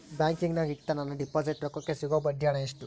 ಬ್ಯಾಂಕಿನಾಗ ಇಟ್ಟ ನನ್ನ ಡಿಪಾಸಿಟ್ ರೊಕ್ಕಕ್ಕೆ ಸಿಗೋ ಬಡ್ಡಿ ಹಣ ಎಷ್ಟು?